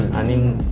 i mean